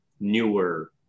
newer